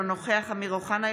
אינו נוכח אמיר אוחנה,